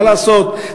מה לעשות,